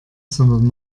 sondern